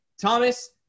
Thomas